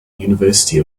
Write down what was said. university